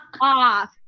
off